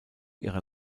ihrer